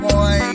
Boy